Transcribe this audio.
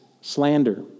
slander